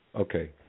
Okay